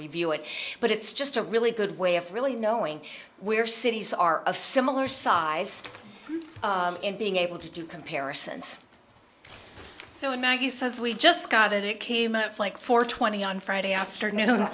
review it but it's just a really good way of really knowing where cities are of similar size and being able to do comparisons so maggie says we just got it it came up like four twenty on friday afternoon